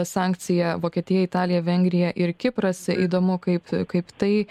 sankciją vokietija italija vengrija ir kipras įdomu kaip kaip tai